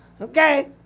Okay